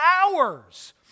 hours